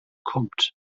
kommt